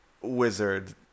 wizard